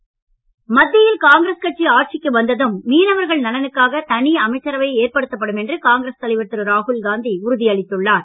ராகுல்காந்தி மத்தியில் காங்கிரஸ் கட்சி ஆட்சிக்கு வந்ததும் மீனவர்கள் நலனுக்காக தனி அமைச்சரவை ஏற்படுத்தப்படும் என்று காங்கிரஸ் தலைவர் திரு ராகுல்காந்தி உறுதியளித்துள்ளார்